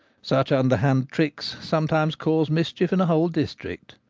such underhand tricks sometimes cause mischief in a whole district.